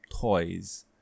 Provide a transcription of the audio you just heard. toys